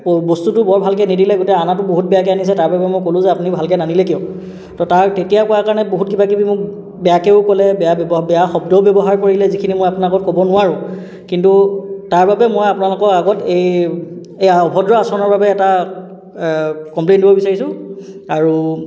প বস্তুটো বৰ ভালকৈ নিদিলে গোটেই অনাটো বহুত বেয়াকৈ আনিছে তাৰ বাবে মই ক'লোঁ যে আপুনি ভালকৈ নানিলে কিয় তো তাৰ তেতিয়া কোৱা কাৰণে বহুত কিবাকিবি মোক বেয়াকৈও ক'লে বেয়া বেৱ বেয়া শব্দও ব্যৱহাৰ কৰিলে যিখিনি মই আপোনাৰ আগত ক'ব নোৱাৰোঁ কিন্তু তাৰ বাবে মই আপোনালোকৰ আগত এই এয়া অভদ্ৰ আচৰণৰ বাবে এটা কম্প্লেইণ্ট দিব বিচাৰিছোঁ আৰু